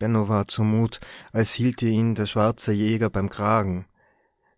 war zumut als hielte ihn der schwarze jäger beim kragen